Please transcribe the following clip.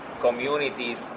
communities